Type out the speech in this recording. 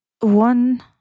One